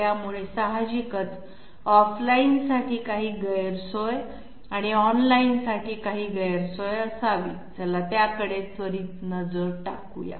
त्यामुळे साहजिकच ऑफलाइनसाठी काही गैरसोय आणि ऑनलाइनसाठीही काही गैरसोय असावी चला त्याकडे त्वरित नजर टाकूया